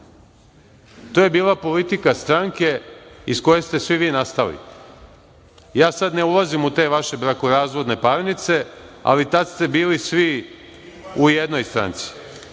To je bila politika stranke iz koje ste svi vi nastali. Ja sada ne ulazim u te vaše brakorazvodne parnice, ali tada ste bili svi u jednoj stranci